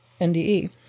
NDE